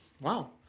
Wow